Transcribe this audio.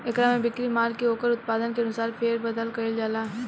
एकरा में बिक्री माल के ओकर उत्पादन के अनुसार फेर बदल कईल जाला